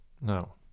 No